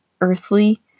earthly